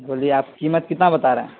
بولیے آپ قیمت کتنا بتا رہے ہیں